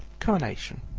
coronation,